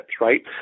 right